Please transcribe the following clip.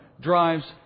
drives